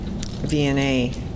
VNA